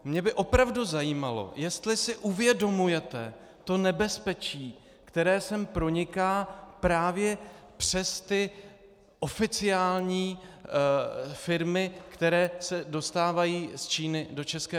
Mě by opravdu zajímalo, jestli si uvědomujete to nebezpečí, které sem proniká právě přes ty oficiální firmy, které se dostávají z Číny do ČR.